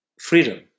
freedom